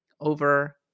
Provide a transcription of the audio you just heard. over